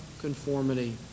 conformity